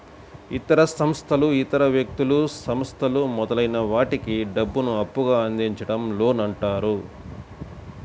ఇతర సంస్థలు ఇతర వ్యక్తులు, సంస్థలు మొదలైన వాటికి డబ్బును అప్పుగా అందించడం లోన్ అంటారు